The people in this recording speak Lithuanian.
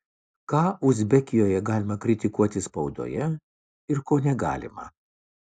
ką uzbekijoje galima kritikuoti spaudoje ir ko negalima